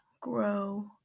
grow